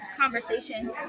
conversation